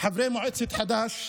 לחברי מועצת חד"ש